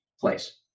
place